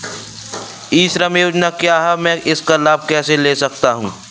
ई श्रम योजना क्या है मैं इसका लाभ कैसे ले सकता हूँ?